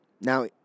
Now